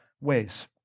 ways